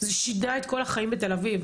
זה שינה את כל החיים בתל אביב.